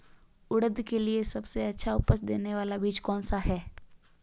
उड़द के लिए सबसे अच्छा उपज देने वाला बीज कौनसा है?